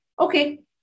Okay